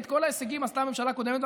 כי את כל ההישגים עשתה הממשלה הקודמת.